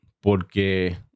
porque